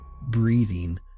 breathing